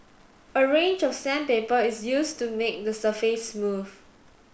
a range of sandpaper is used to make the surface smooth